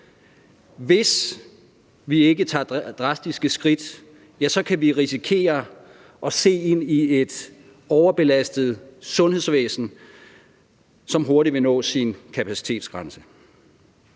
Hvis vi ikke tager drastiske skridt, ja, så kan vi risikere at se ind i et overbelastet sundhedsvæsen, som hurtigt vil nå sin kapacitetsgrænse.